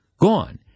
gone